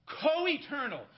co-eternal